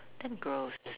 damn gross